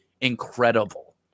incredible